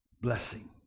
blessing